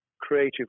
creative